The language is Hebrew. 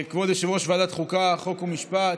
כבוד יושב-ראש ועדת חוקה, חוק ומשפט,